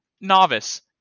novice